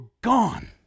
gone